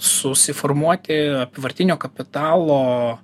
susiformuoti apyvartinio kapitalo